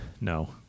No